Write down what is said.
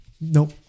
Nope